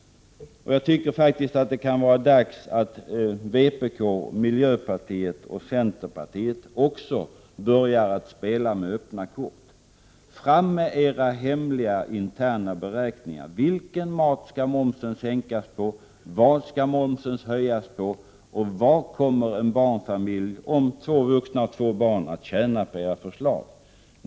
Det kan faktiskt vara dags att också vpk, miljöpartiet och centerpartiet börjar spela med öppna kort. Fram med era hemliga interna beräkningar! På vilken mat skall momsen sänkas? På vad skall momsen höjas? Vad kommer en barnfamilj om två vuxna och två barn att tjäna på era förslag?